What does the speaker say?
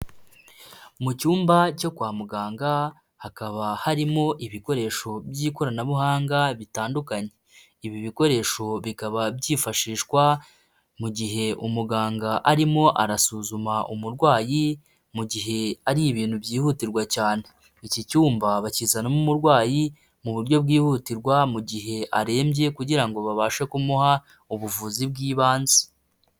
mu cyumba cyo kwa muganga hakaba harimo ibikoresho by'ikoranabuhanga bitandukanye, ibi bikoresho bikaba byifashishwa mu gihe umuganga arimo arasuzuma umurwayi mu gihe ari ibintu byihutirwa cyane, iki cyumba bakizanamo umurwayi mu buryo bwihutirwa mu gihe arembye kugira ngo babashe kumuha ubuvuzi bw'ibanze.